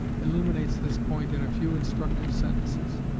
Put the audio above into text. illuminates this point in a few instructive sentences.